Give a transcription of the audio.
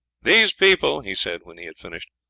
these people, he said when he had finished,